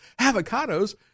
Avocados